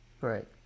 Right